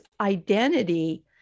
identity